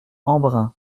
embrun